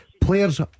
Players